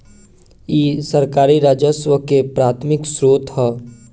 इ सरकारी राजस्व के प्राथमिक स्रोत ह